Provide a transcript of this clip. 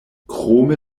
krome